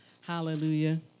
Hallelujah